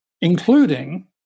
including